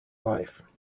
life